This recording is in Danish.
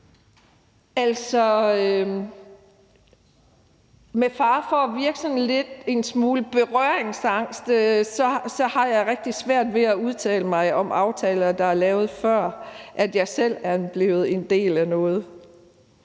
Altså, med fare for at virke sådan en smule berøringsangst, har jeg rigtig svært ved at udtale mig om aftaler, der er lavet, før jeg selv er blevet en del af noget.